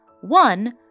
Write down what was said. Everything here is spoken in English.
One